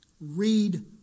Read